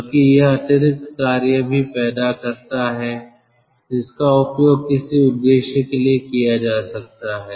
बल्कि यह अतिरिक्त कार्य भी पैदा करता है जिसका उपयोग किसी उद्देश्य के लिए किया जा सकता है